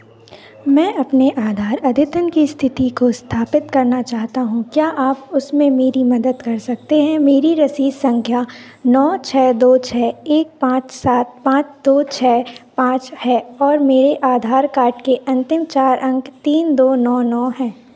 मैं अपने आधार अद्यतन की स्थिति को स्थापित करना चाहता हूँ क्या आप उसमे मेरी मदद कर सकते हैं मेरी रसीद संख्या नौ छः दो छः एक पाँच सात पाँच दो छः पाँच है और मेरे आधार कार्ड के अंतिम चार अंक तीन दो नौ नौ हैं